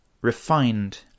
refined